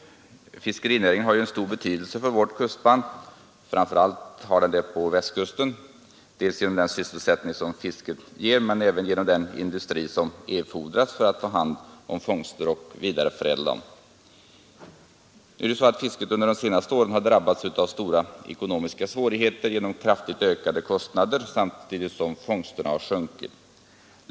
Fiskerinäringen har stor betydelse för vårt kustband, framför allt på Västkusten genom dels den sysselsättning som fisket ger, dels den industri som erfordras för att ta hand om fångsterna och vidareförädla dessa. Nu är det så att fisket under de senaste åren har drabbats av stora ekonomiska svårigheter genom ökade kostnader samtidigt som fångsterna har sjunkit.